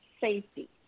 safety